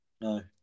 No